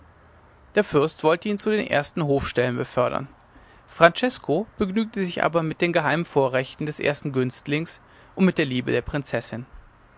der fürst wollte ihn zu den ersten hofstellen befördern francesko begnügte sich aber mit den geheimen vorrechten des ersten günstlings und mit der liebe der prinzessin